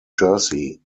jersey